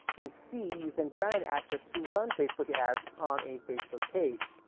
and c. you've been granted access to run facebook ads on a facebook page.